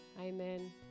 amen